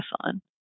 on